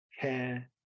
care